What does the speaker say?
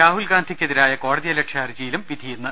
രാഹുൽഗാന്ധിക്കെ തിരായ കോടതിയലക്ഷ്യ ഹർജിയിലും വിധി ഇന്ന്